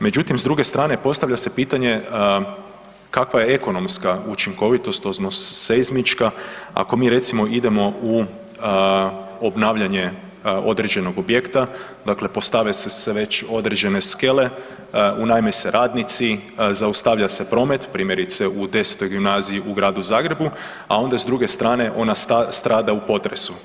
Međutim, s druge strane postavlja se pitanje kakva je ekonomska učinkovitost odnosno seizmička ako mi recimo idemo u obnavljanje određenog objekta, dakle postave se već određene skele, unajme se radnici, zaustavlja se promet, primjerice u X. Gimnaziji u Gradu Zagrebu, a onda s druge strane ona strada u potresu.